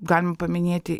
galim paminėti